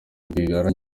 rwigara